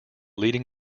leading